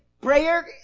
prayer